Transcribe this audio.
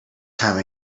time